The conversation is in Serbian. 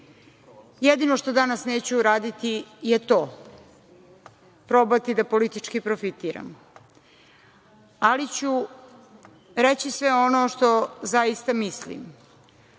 Jedino što danas neću uraditi je to, probati da politički profitiram, ali ću reći sve ono što zaista mislim. Najpre,